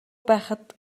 байхад